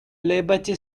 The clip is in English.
liberty